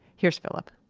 here's phillip.